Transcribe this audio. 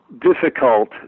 difficult